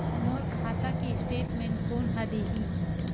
मोर खाता के स्टेटमेंट कोन ह देही?